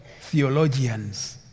theologians